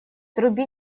труби